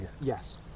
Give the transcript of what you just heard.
Yes